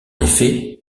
effet